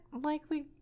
likely